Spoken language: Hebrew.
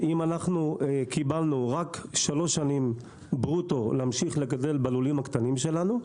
אם אנחנו קיבלנו רק שלוש שנים ברוטו להמשיך לגדל בלולים הקטנים שלנו,